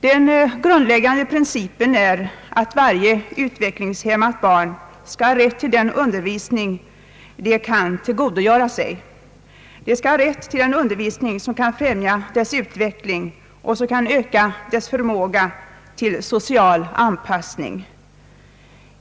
Den grundläggande principen är att varje utvecklingshämmat barn skall ha rätt till den undervisning det kan tillgodogöra sig. Det skall ha rätt till den undervisning som kan främja dess utveckling och som kan öka dess förmåga till social anpassning.